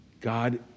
God